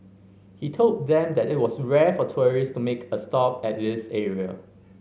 he told them that it was rare for tourists to make a stop at this area